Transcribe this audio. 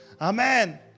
Amen